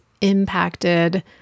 impacted